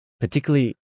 Particularly